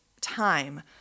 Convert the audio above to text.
time